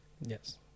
Yes